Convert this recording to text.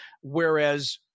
Whereas